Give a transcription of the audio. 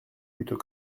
plutôt